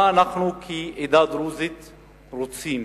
מה אנחנו כעדה הדרוזית רוצים?